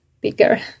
bigger